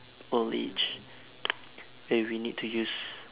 old age where we need to use